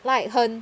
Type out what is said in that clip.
like 很